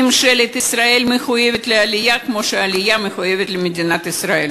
ממשלת ישראל מחויבת לעלייה כמו שהעלייה מחויבת למדינת ישראל.